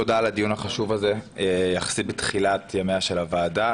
תודה על הדיון החשוב הזה שמתקיים יחסית בתחילת ימיה של הוועדה.